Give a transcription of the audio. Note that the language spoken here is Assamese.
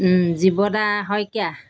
জীৱদা শইকীয়া